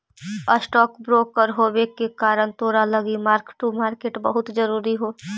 stock broker होबे के कारण तोरा लागी मार्क टू मार्केट बहुत जरूरी हो